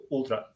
Ultra